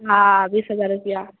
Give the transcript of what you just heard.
हाँ बीस हजार रुपिआ